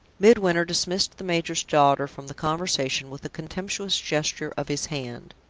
midwinter dismissed the major's daughter from the conversation with a contemptuous gesture of his hand.